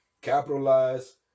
capitalize